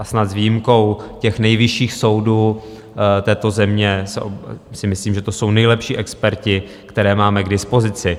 Snad s výjimkou nejvyšších soudů této země si myslím, že to jsou nejlepší experti, které máme k dispozici.